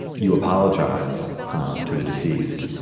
you apologize to the deceased.